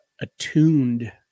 attuned